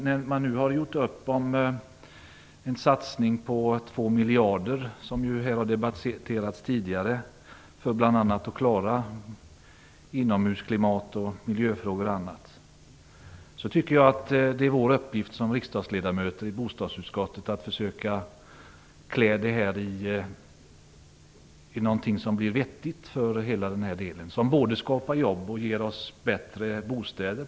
När man nu har gjort upp om en satsning innefattande 2 miljarder - vilket har debatterats här tidigare - bl.a. för att klara inomhusklimat och miljöfrågor, tycker jag att det är vår uppgift som ledamöter i bostadsutskottet att försöka ge detta en vettig form och skapa något som leder till både jobb och bostäder.